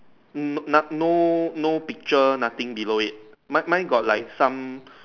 mm not no no picture nothing below it mine mine got like some